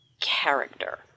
character